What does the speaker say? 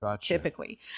Typically